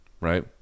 right